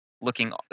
looking